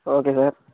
okay sir